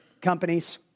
companies